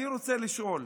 אני רוצה לשאול: